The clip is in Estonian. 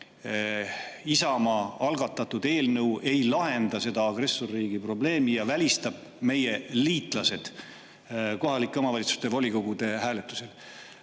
Isamaa algatatud eelnõu ei lahenda seda agressorriigi probleemi ja välistab meie liitlased kohalike omavalitsuste volikogude hääletusel.